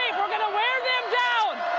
we're going to wear them down